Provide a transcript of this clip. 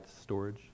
storage